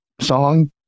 song